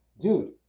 dude